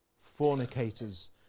Fornicators